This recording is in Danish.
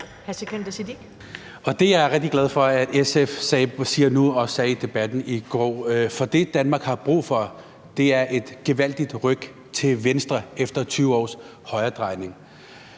Siddique (FG): Det er jeg rigtig glad for at SF siger nu og også sagde i debatten i går, for det, Danmark har brug for, er et gevaldigt ryk til venstre efter 20 års højredrejning.